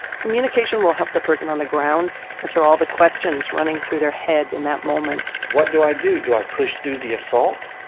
communication will help the person on the ground answer all the questions running through their head in that moment what do i do? do i push through the assault?